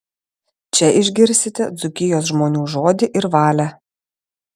čia išgirsite dzūkijos žmonių žodį ir valią